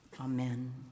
Amen